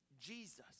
Jesus